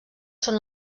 són